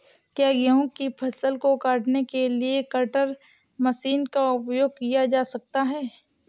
क्या गेहूँ की फसल को काटने के लिए कटर मशीन का उपयोग किया जा सकता है?